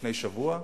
לפני שבוע.